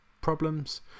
problems